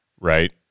right